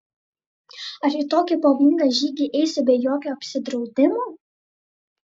ar į tokį pavojingą žygį eisiu be jokio apsidraudimo